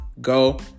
Go